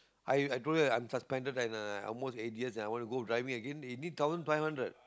I I told you I'm suspended and uh almost eight years and I wanna go driving again it need thousand five hundred